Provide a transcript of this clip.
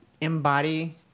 embody